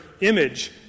image